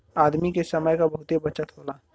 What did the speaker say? आदमी के समय क बहुते बचत होला